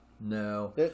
No